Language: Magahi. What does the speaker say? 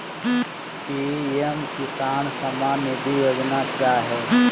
पी.एम किसान सम्मान निधि योजना क्या है?